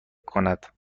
کند